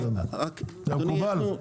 מקובל עליכם